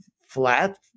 flat